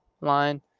line